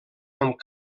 amb